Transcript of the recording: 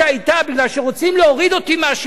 רוצים להוריד אותי מהשלטון,